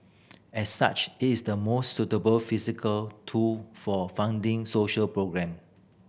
as such it is the most suitable fiscal tool for funding social programme